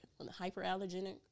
hyperallergenic